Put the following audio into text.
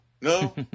no